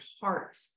heart